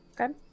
Okay